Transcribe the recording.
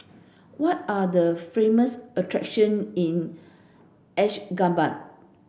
what are the famous attraction in Ashgabat